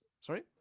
sorry